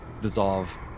dissolve